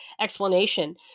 explanation